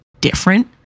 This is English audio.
different